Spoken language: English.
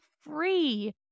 free